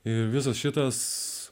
ir visas šitas